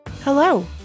Hello